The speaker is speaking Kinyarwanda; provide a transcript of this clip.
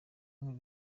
nkuru